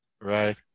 Right